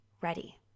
ready